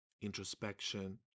introspection